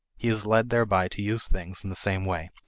he is led thereby to use things in the same way,